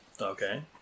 Okay